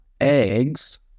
eggs